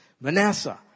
Manasseh